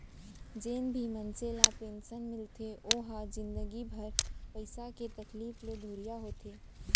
जेन भी मनसे ल पेंसन मिलथे ओ ह जिनगी भर पइसा के तकलीफ ले दुरिहा होथे